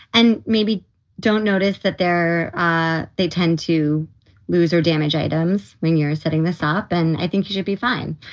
and maybe don't notice that they're ah they tend to lose or damage items. when you're setting this up and i think you should be fine,